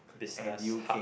business hub